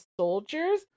soldiers